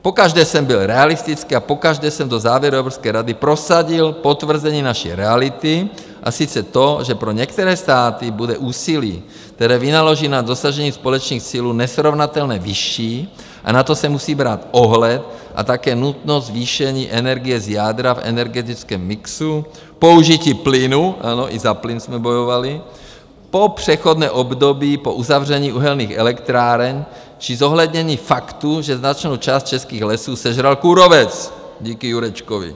Pokaždé jsem byl realistický a pokaždé jsem do závěru Evropské rady prosadil potvrzení naší reality, a sice to, že pro některé státy bude úsilí, které vynaloží na dosažení společných cílů, nesrovnatelně vyšší a na to se musí brát ohled, a také nutnost zvýšení energie z jádra v energetickém mixu, použití plynu ano, i za plyn jsme bojovali po přechodné období po uzavření uhelných elektráren, či zohlednění faktu, že značnou část českých lesů sežral kůrovec díky Jurečkovi.